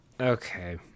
Okay